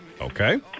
Okay